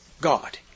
God